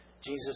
Jesus